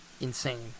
Insane